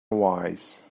wise